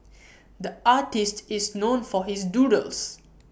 the artist is known for his doodles